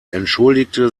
entschuldigte